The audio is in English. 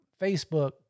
Facebook